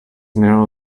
narrow